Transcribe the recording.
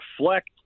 reflect